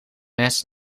mes